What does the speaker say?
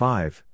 Five